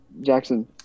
Jackson